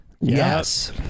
Yes